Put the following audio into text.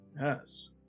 Yes